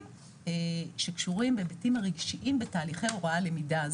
שקשורים בהיבטים הרגשיים בתהליכי הוראה-למידה.